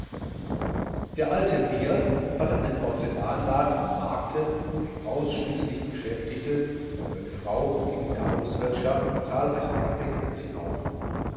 der alte wiehr hatte einen porzellanladen am markte der ihn ausschließlich beschäftigte und seine frau ging in der hauswirtschaft und zahlreichen kaffeekränzchen auf